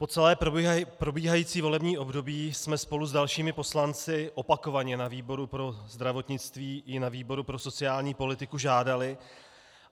Po celé probíhající volební období jsme spolu s dalšími poslanci opakovaně na výboru pro zdravotnictví i na výboru pro sociální politiku žádali,